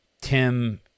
Tim